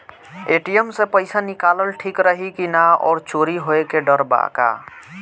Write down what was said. ATM से पईसा निकालल ठीक रही की ना और चोरी होये के डर बा का?